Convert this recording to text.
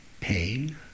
pain